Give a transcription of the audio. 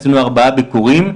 עשינו ארבעה ביקורים,